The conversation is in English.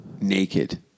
naked